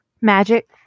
magic